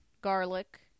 garlic